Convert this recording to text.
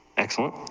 excellent